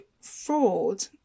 fraud